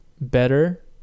better